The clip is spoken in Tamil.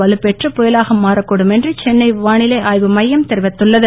வலுப்பெற்று புயலாக மாறக்கூடும் என்று சென்னை வானிலை ஆய்வுமையம் தெரிவித்துள்ளது